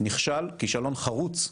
נכשל כשלון חרוץ,